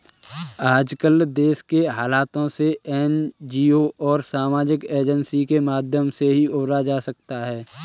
आजकल देश के हालातों से एनजीओ और सामाजिक एजेंसी के माध्यम से ही उबरा जा सकता है